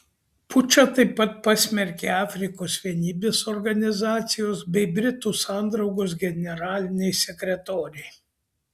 pučą taip pat pasmerkė afrikos vienybės organizacijos bei britų sandraugos generaliniai sekretoriai